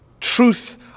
Truth